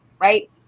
Right